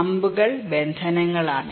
അമ്പുകൾ ബന്ധനങ്ങളാണ്